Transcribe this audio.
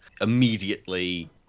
immediately